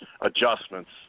adjustments